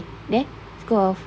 okay there school of